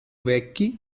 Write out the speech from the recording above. vecchi